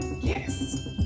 Yes